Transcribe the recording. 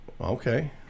okay